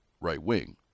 right-wing